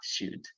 attitude